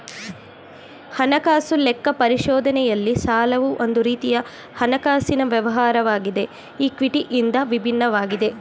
ಹಣಕಾಸು ಲೆಕ್ಕ ಪರಿಶೋಧನೆಯಲ್ಲಿ ಸಾಲವು ಒಂದು ರೀತಿಯ ಹಣಕಾಸಿನ ವ್ಯವಹಾರವಾಗಿದೆ ಈ ಕ್ವಿಟಿ ಇಂದ ವಿಭಿನ್ನವಾಗಿದೆ